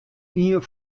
ien